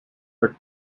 but